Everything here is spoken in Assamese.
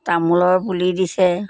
তামোলৰ পুলি দিছে